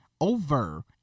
over